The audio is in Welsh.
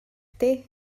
ydy